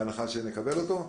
בהנחה שנקבל אותו,